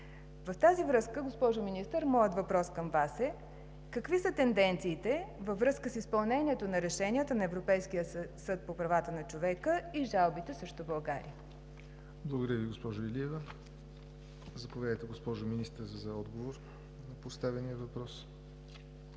В тази връзка, госпожо Министър, моят въпрос към Вас е: какви са тенденциите във връзка с изпълнението на решенията на Европейския съд по правата на човека и жалбите срещу България? ПРЕДСЕДАТЕЛ ЯВОР НОТЕВ: Благодаря Ви, госпожо Илиева. Заповядайте, госпожо Министър, за отговор на поставения въпрос.